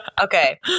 okay